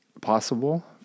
possible